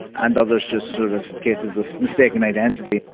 and others just sort of cases of mistaken identity.